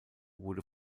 wurde